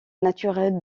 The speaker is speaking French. naturel